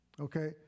Okay